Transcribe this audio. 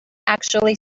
actually